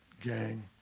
gang